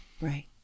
Right